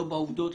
לא בעובדות,